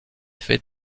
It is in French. fait